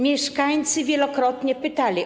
Mieszkańcy wielokrotnie o to pytali.